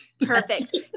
perfect